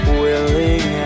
willing